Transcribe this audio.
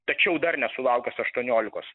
tačiau dar nesulaukus aštuoniolikos